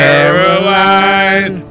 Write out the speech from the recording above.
Caroline